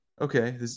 Okay